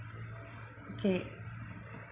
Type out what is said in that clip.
okay